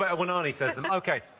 but when arnie says them. ok,